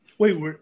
Wait